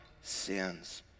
sins